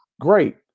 Great